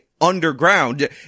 underground